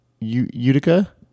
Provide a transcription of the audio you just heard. Utica